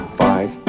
five